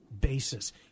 basis